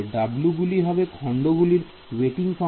W গুলি হবে খন্ড গুলির ওয়েটিং ফাংশন